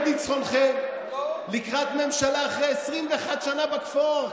ניצחונכם לקראת ממשלה אחרי 21 שנה בכפור.